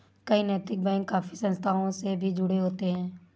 कई नैतिक बैंक काफी संस्थाओं से भी जुड़े होते हैं